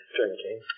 drinking